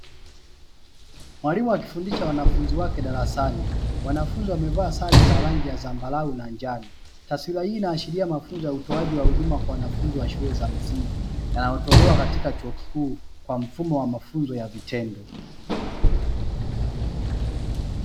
Mwalimu akifundisha wanafunzi wake darasani, wanafunzi wamevaaa rangi za zambarau na njano, taswira hii inaashiria mafunzo ya utoaji wa huduma kwa wanafunzi wa shule za msingi yanayotolewa katika chuo kikuu kwa mfumo wa mafunzo ya vitendo.